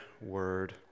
word